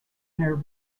her